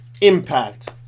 Impact